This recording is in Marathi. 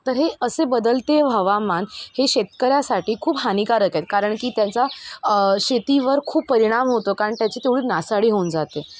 तर हे असे बदलते हवामान हे शेतकऱ्यासाठी खूप हानिकारक आहेत कारण की त्याचा शेतीवर खूप परिणाम होतो कारण त्याची तेवढी नासाडी होऊन जाते